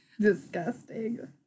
Disgusting